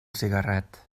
cigarret